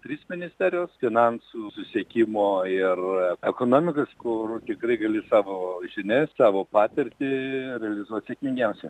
trys ministerijos finansų susisiekimo ir ekonomikos kur tikrai gali savo žinias savo patirtį realizuot sėkmingiausiai